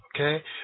okay